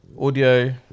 audio